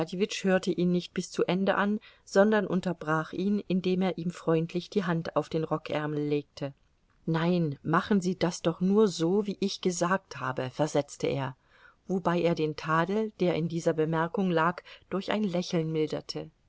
hörte ihn nicht bis zu ende an sondern unterbrach ihn indem er ihm freundlich die hand auf den rockärmel legte nein machen sie das doch nur so wie ich gesagt habe versetzte er wobei er den tadel der in dieser bemerkung lag durch ein lächeln milderte